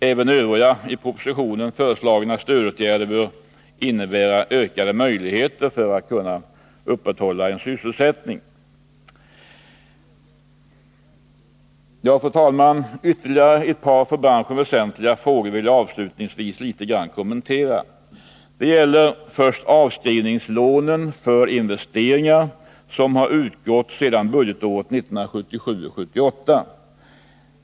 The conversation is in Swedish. Även övriga i propositionen föreslagna stödåtgärder bör innebära ökade möjligheter att upprätthålla en sysselsättning. Fru talman! Ytterligare ett par för branschen väsentliga frågor vill jag kommentera. Det gäller först avskrivningslån för investeringar, som har utgått sedan budgetåret 1977/78.